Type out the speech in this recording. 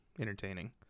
entertaining